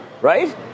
right